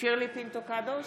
שירלי פינטו קדוש,